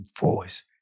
voice